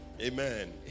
Amen